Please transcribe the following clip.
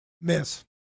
miss